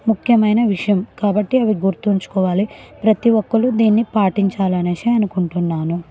ముఖ్యమైన విషయం కాబట్టి అవి గుర్తుంచుకోవాలి ప్రతి ఒక్కరు దీని పాటించాలనేసి అనుకుంటున్నాను